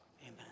amen